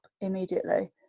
immediately